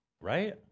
Right